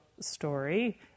story